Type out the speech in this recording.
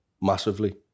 massively